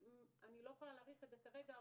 אני לא יכולה להעריך את זה כרגע,